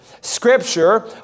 Scripture